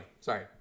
sorry